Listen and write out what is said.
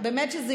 שזה